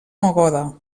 mogoda